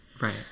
right